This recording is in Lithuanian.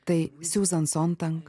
tai siuzan sontank